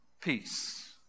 peace